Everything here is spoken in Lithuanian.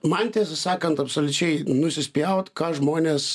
man tiesą sakant absoliučiai nusispjaut ką žmonės